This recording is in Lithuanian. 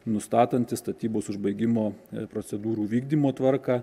nustatantis statybos užbaigimo procedūrų vykdymų tvarką